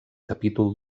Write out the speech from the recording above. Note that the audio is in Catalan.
capítol